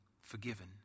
forgiven